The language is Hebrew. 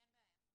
--- אין בעיה.